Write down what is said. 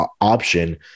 option